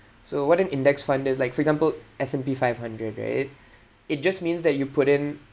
so what an index fund does like for example S and P five hundred right it just means that you put in